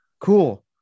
cool